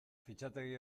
fitxategi